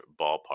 ballpark